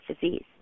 disease